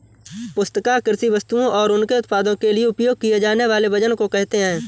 पुस्तिका कृषि वस्तुओं और उनके उत्पादों के लिए उपयोग किए जानेवाले वजन को कहेते है